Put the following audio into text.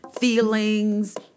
feelings